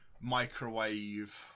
microwave